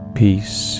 peace